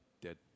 dead